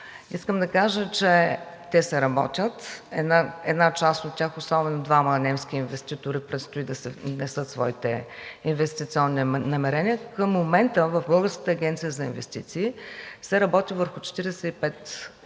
искам да кажа, че те се работят. Една част от тях – особено двама немски инвеститори, предстои да внесат своите инвестиционни намерения. Към момента в Българската агенция за инвестиции се работи върху 45